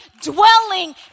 dwelling